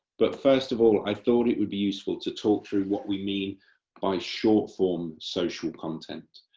but first of all, i thought it would be useful to talk through what we mean by short form social content.